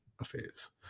affairs